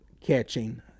catching